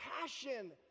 passion